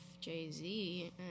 Jay-Z